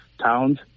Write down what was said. towns